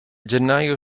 gennaio